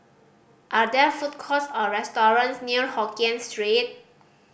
are there food courts or restaurants near Hokkien Street